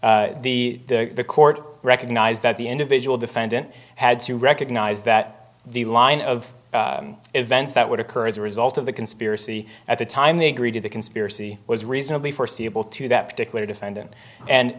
the the court recognized that the individual defendant had to recognize that the line of events that would occur as a result of the conspiracy at the time they agreed to the conspiracy was reasonably foreseeable to that particular defendant and